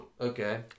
Okay